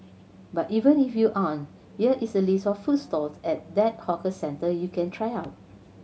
but even if you aren't here is a list of food stalls at that hawker centre you can try out